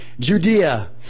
Judea